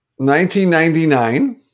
1999